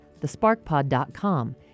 thesparkpod.com